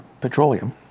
petroleum